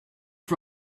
for